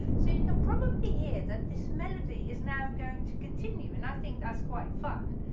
so you can probably hear that this melody is now going to continue and i think that's quite fun,